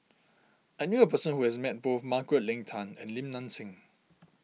I knew a person who has met both Margaret Leng Tan and Lim Nang Seng